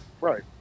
right